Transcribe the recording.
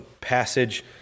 passage